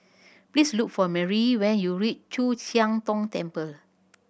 please look for Merrie when you reach Chu Siang Tong Temple